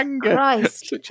Christ